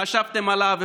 חשבתם עליו,